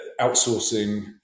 outsourcing